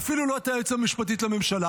ואפילו לא את היועצת המשפטית לממשלה.